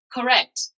Correct